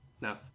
No